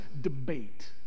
debate